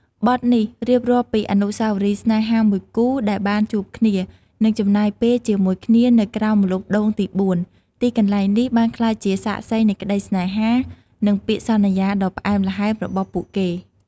បទនេះរៀបរាប់ពីអនុស្សាវរីយ៍ស្នេហាមួយគូដែលបានជួបគ្នា និងចំណាយពេលជាមួយគ្នានៅក្រោមម្លប់ដូងទីបួន ទីកន្លែងនេះបានក្លាយជាសាក្សីនៃក្តីស្នេហា និងពាក្យសន្យាដ៏ផ្អែមល្ហែមរបស់ពួកគេ។